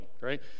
right